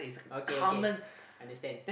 okay okay understand